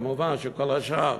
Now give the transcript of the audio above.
מובן שכל השאר